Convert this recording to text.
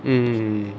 mm